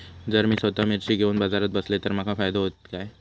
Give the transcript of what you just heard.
जर मी स्वतः मिर्ची घेवून बाजारात बसलय तर माका फायदो होयत काय?